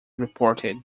reported